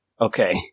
Okay